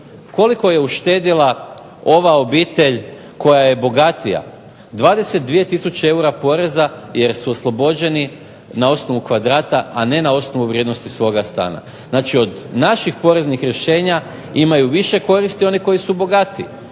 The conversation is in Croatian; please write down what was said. koliko je uštedila ova obitelj koja je bogatija, 22 tisuće eura poreza jer su oslobođeni na osnovu kvadrata a ne na osnovu vrijednosti svoga stana. Znači od naših poreznih rješenja imaju više koristi oni koji su bogatiji